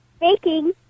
Baking